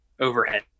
overhead